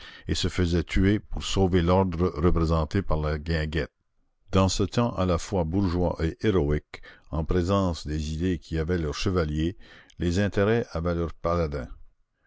et se faisait tuer pour sauver l'ordre représenté par la guinguette dans ce temps à la fois bourgeois et héroïque en présence des idées qui avaient leurs chevaliers les intérêts avaient leurs paladins